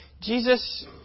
Jesus